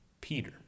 Peter